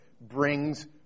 brings